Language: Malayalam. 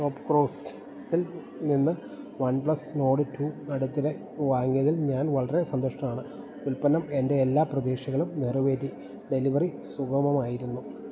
ഷോപ്പ് ക്ലൂസിൽ നിന്ന് വൺ പ്ലസ് നോഡ് റ്റൂ അടുത്തിടെ വാങ്ങിയതിൽ ഞാൻ വളരെ സന്തുഷ്ടനാണ് ഉൽപ്പന്നം എൻ്റെ എല്ലാ പ്രതീക്ഷകളും നിറവേറ്റി ഡെലിവറി സുഗമമായിരുന്നു